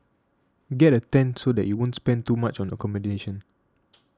get a tent so that you won't spend too much on accommodation